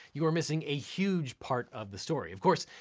you are missing a huge part of the story. of course,